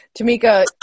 Tamika